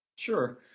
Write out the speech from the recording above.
sure.